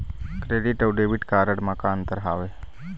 Credit अऊ debit card म का अंतर हावे?